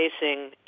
facing